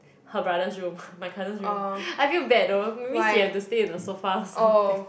her brother's room my cousin's room I feel bad though that means he have to sleep on the sofa or something